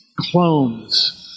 clones